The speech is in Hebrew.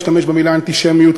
להשתמש במילה "אנטישמיות",